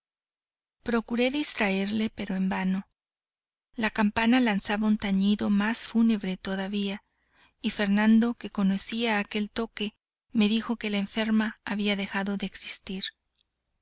procuré distraerle pero en vano la campana lanzaba un tañido más fúnebre todavía y fernando que conocía aquel toque me dijo que la enferma había dejado de existir